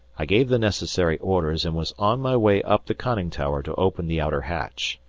i gave the necessary orders, and was on my way up the conning tower to open the outer hatch.